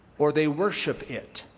or they worship it.